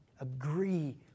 agree